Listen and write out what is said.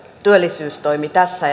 työllisyystoimi tässä